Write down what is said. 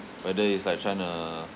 whether it's like trying to